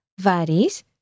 varis